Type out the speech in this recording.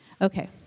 okay